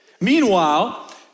Meanwhile